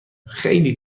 خیلی